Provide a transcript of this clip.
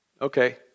Okay